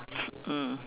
mm